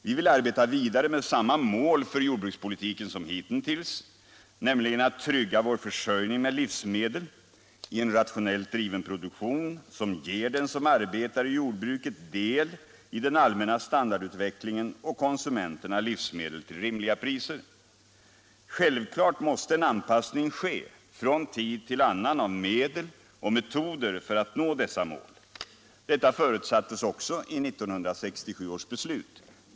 Vi vill arbeta vidare med samma mål för jordbrukspolitiken som hitintills, nämligen att trygga vår försörjning med livsmedel i en rationellt driven produktion, som ger den som arbetar i jordbruket del i den allmänna standardutvecklingen och konsumenterna livsmedel till rimliga priser. Självklart måste en anpassning ske från tid till annan av medel och metoder för att nå dessa mål. Detta förutsattes också i 1967 års beslut.